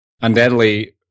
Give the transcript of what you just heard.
Undoubtedly